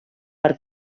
per